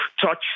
touch